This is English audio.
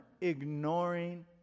ignoring